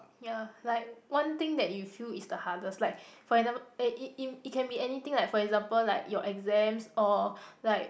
ya like one thing that you feel is the hardest like for example eh it it it can be anything like for example like your exams or like